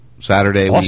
Saturday